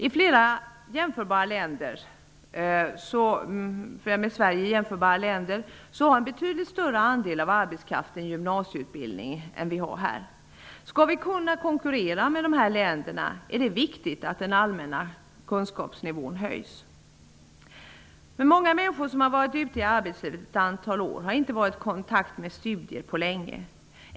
I flera med Sverige jämförbara länder har en större andel av arbetskraften gymnasieutbildning än i vårt land. Skall vi kunna konkurrera med dessa lander, är det viktigt att den allmänna kunskapsnivån höjs. Många människor som varit ute i arbetslivet ett antal år har inte varit i kontakt med studier på länge.